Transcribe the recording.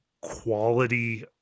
quality –